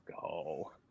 go